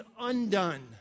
undone